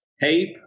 tape